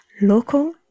Local